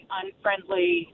unfriendly